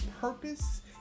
purpose